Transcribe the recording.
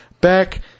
back